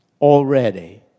already